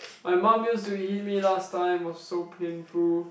my mum used to hit me last time was so painful